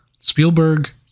Spielberg